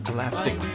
Elastic